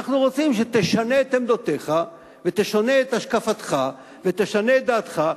אנחנו רוצים שתשנה את עמדותיך ותשנה את השקפתך ותשנה את דעתך,